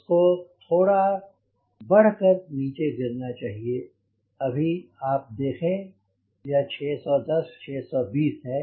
इसको थोड़ा बढ़ कर नीचे गिरना चाहिए अभी आप देखें यह 610 620 है